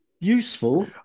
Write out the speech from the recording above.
useful